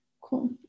cool